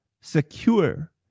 secure